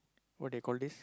what they call this